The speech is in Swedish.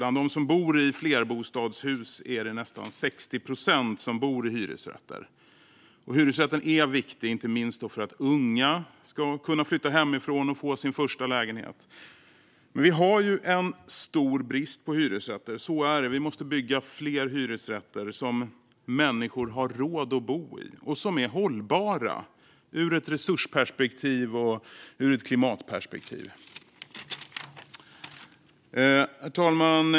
Bland dem som bor i flerbostadshus är det nästan 60 procent som bor i hyresrätter. Hyresrätten är viktig inte minst för att unga ska kunna flytta hemifrån och få sin första lägenhet. Vi har dock en stor brist på hyresrätter. Vi måste bygga fler hyresrätter som människor har råd att bo i och som är hållbara ur ett resursperspektiv och ett klimatperspektiv. Herr talman!